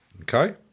Okay